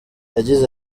yagize